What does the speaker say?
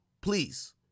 please